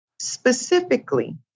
specifically